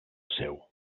seu